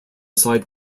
side